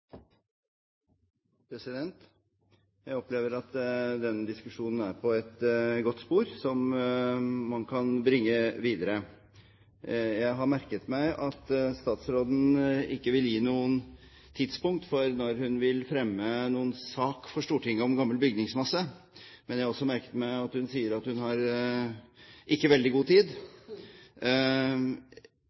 på et godt spor, som man kan bringe videre. Jeg har merket meg at statsråden ikke vil gi noe tidspunkt for når hun vil fremme en sak for Stortinget om gammel bygningsmasse. Men jeg har også merket meg at hun sier at hun ikke har veldig god tid.